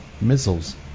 missiles